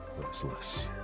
restless